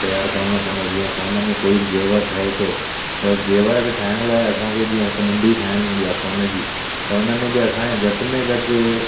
तयारु करणो पवंदो आहे जीअं सोन में कोई जेवर ठहे थो त जेवर खे ठाहिण लाइ असांखे जीअं हिकु मुंडी ठाहिणी हूंदी आहे सोन जी त हुनमें बि असांखे घटि में घटि